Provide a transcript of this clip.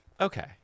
Okay